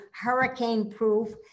hurricane-proof